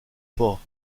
pas